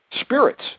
Spirits